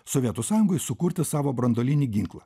sovietų sąjungoj sukurti savo branduolinį ginklą